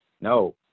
No